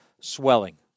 swelling